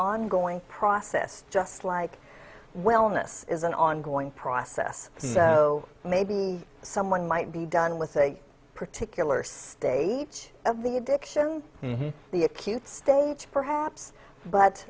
ongoing process just like wellness is an ongoing process so maybe someone might be done with a particular state of the addiction the acute stone perhaps but